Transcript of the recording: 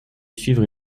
suivre